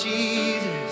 Jesus